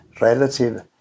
relative